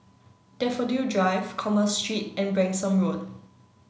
Daffodil Drive Commerce Street and Branksome Road